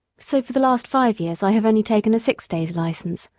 so for the last five years i have only taken a six-days' license,